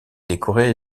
décoré